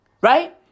Right